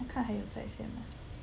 我看还有在先吗